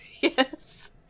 yes